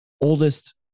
oldest